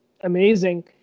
amazing